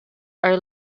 are